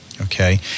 Okay